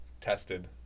tested